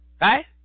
right